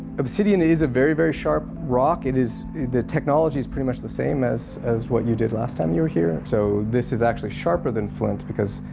obsidian is a very very sharp rock. it is the. technology is pretty much the same as as what you did last time you're here. so this is actually sharper than flint because.